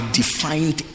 defined